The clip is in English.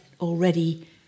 already